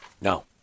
No